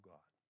God